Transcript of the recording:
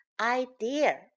idea